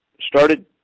started